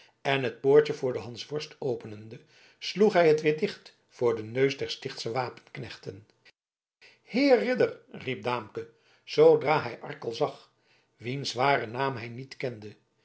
en het poortje voor den hansworst openende sloeg hij het weer dicht voor den neus der stichtsche wapenknechten heer ridder riep daamke zoodra hij arkel zag wiens waren naam hij niet kende